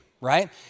right